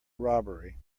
robbery